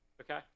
okay